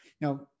Now